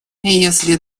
если